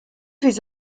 his